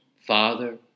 father